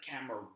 camera